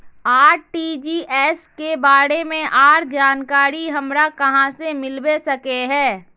RTGS के बारे में आर जानकारी हमरा कहाँ से मिलबे सके है?